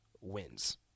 wins